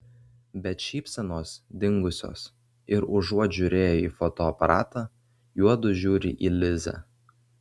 bet šypsenos dingusios ir užuot žiūrėję į fotoaparatą juodu žiūri į lizę